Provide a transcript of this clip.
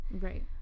Right